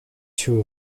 two